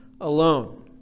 alone